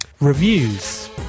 Reviews